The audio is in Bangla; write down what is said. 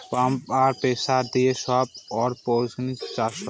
পাম্প আর প্রেসার দিয়ে সব অরপনিক্স চাষ হয়